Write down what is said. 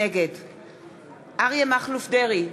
נגד אריה מכלוף דרעי,